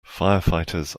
firefighters